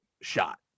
shot